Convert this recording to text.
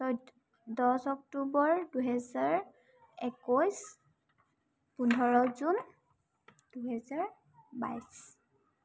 অক্টোবৰ দুহেজাৰ একৈছ পোন্ধৰ জুন দুহেজাৰ বাইছ